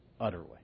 utterly